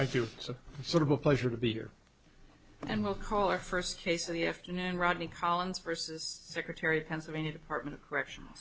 so sort of a pleasure to be here and we'll call our first case of the afternoon and rodney collins versus secretary pennsylvania department of corrections